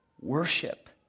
Worship